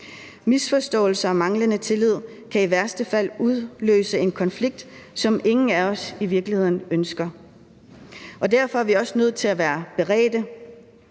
Misforståelser og manglende tillid kan i værste fald udløse en konflikt, som ingen af os i virkeligheden ønsker, og derfor er vi også nødt til at være beredte.